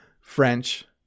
French